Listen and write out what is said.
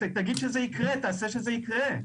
תגיד שזה יקרה, תעשה שזה יקרה.